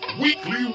Weekly